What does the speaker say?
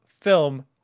film